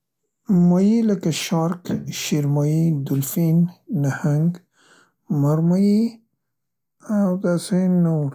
مایی، لکه شارک، شیرمایی ، دلفین، نهنګ، مارمایی، او داسې نور